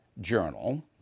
Journal